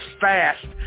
fast